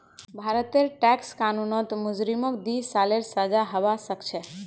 भारतेर टैक्स कानूनत मुजरिमक दी सालेर सजा हबा सखछे